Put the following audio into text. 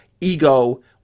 ego